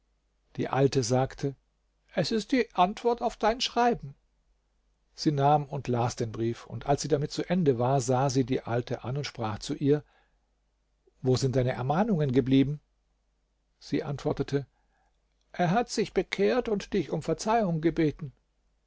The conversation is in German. die alte sagte es ist die antwort auf dein schreiben sie nahm und las den brief und als sie damit zu ende war sah sie die alte an und sprach zu ihr wo sind deine ermahnungen geblieben sie antwortete er hat sich bekehrt und dich um verzeihung gebeten